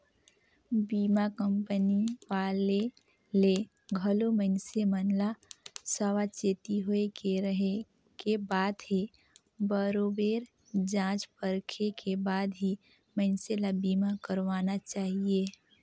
बीमा कंपनी वाले ले घलो मइनसे मन ल सावाचेती होय के रहें के बात हे बरोबेर जॉच परखे के बाद ही मइनसे ल बीमा करवाना चाहिये